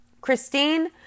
Christine